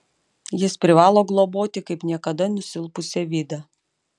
jis privalo globoti kaip niekada nusilpusią vidą